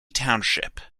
township